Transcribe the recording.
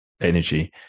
energy